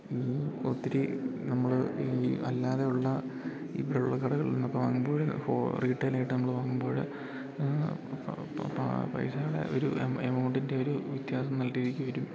ഈ ഒത്തിരി നമ്മള് ഈ അല്ലാതെയുള്ള ഇവിടുള്ള കടകളിൽന്നൊക്കെ വാങ്ങുമ്പോഴ് ഫോ റീറ്റെയിലായിട്ട് നമ്മള് വാങ്ങുമ്പോഴ് പൈസയുടെ ഒരു എമ എമൗണ്ടിൻ്റെ ഒരു വ്യത്യാസം നല്ല രീതിക്ക് വരും